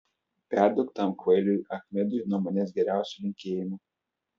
perduok tam kvailiui achmedui nuo manęs geriausių linkėjimų